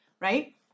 Right